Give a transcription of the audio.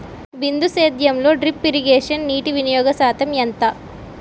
బిందు సేద్యంలో drip irrigation నీటివినియోగ శాతం ఎంత?